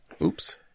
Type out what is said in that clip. Oops